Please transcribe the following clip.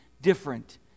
different